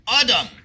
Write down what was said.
Adam